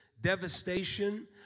devastation